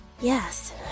Yes